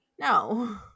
no